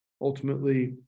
ultimately